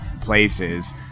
places